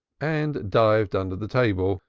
and dived under the table,